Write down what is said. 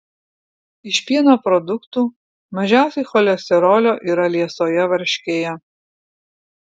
iš pieno produktų mažiausiai cholesterolio yra liesoje varškėje